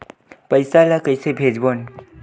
पईसा ला कइसे भेजबोन?